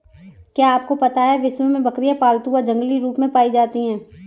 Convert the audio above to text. क्या आपको पता है विश्व में बकरियाँ पालतू व जंगली रूप में पाई जाती हैं?